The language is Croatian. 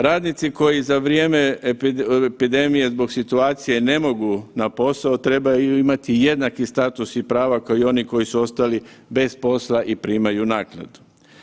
Radnici koji za vrijeme epidemije zbog situacije ne mogu na posao trebaju imati jednaki status i prava kao i oni koji su ostali bez posla i primaju naknadu.